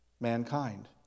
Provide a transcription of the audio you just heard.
mankind